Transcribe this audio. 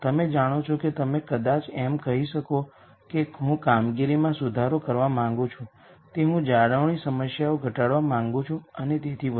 તમે જાણો છો કે તમે કદાચ એમ કહી શકો કે હું કામગીરીમાં સુધારો કરવા માંગુ છું તે હું મેઇન્ટેનન્સ સમસ્યાઓ ઘટાડવા માંગુ છું અને તેથી વધુ